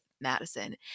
Madison